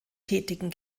tätigen